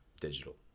digital